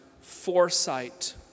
foresight